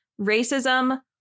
racism